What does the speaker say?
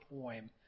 poem